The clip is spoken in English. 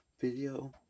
video